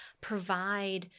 provide –